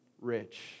rich